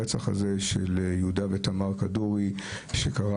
הרצח הזה של יהודה ותמר כדורי שקרה